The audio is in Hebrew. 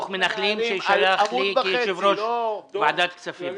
ועדת כספים.